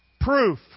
Proof